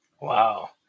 Wow